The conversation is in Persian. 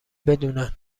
بدونن